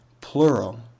plural